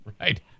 Right